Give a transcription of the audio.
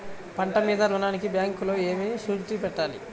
పంట మీద రుణానికి బ్యాంకులో ఏమి షూరిటీ పెట్టాలి?